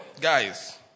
Guys